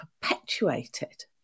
perpetuated